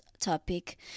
topic